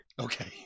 Okay